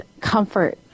comfort